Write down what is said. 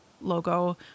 logo